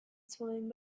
swimming